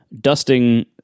dusting